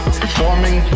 performing